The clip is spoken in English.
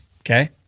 Okay